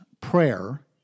prayer